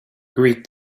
greet